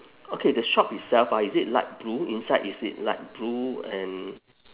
okay the shop itself ah is it light blue inside is it light blue and